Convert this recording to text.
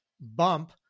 bump